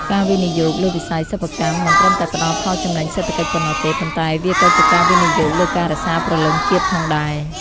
ការវិនិយោគលើវិស័យសិប្បកម្ម មិនត្រឹមតែផ្ដល់ផលចំណេញសេដ្ឋកិច្ចប៉ុណ្ណោះទេ ប៉ុន្តែវាក៏ជាការវិនិយោគលើការរក្សាព្រលឹងជាតិផងដែរ។